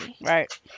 Right